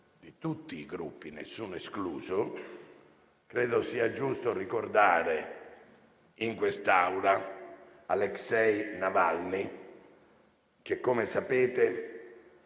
di tutti i Gruppi, nessuno escluso, credo sia giusto ricordare in quest'Aula Aleksej Navalny che - come sapete